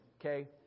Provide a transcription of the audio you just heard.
Okay